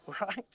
Right